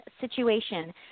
situation